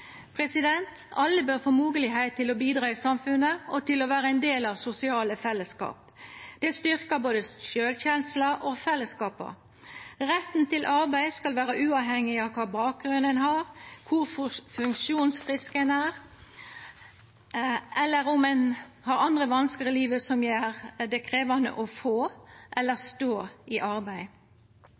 Alle bør få mogelegheit til å bidra i samfunnet og til å vera ein del av sosiale fellesskap. Det styrkjer både sjølvkjensla og fellesskapa. Retten til arbeid skal vera uavhengig av kva bakgrunn ein har, kor funksjonsfrisk ein er, eller om ein har vanskar i livet som gjer det krevjande å få eller stå i arbeid.